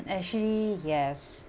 actually yes